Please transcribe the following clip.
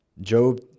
Job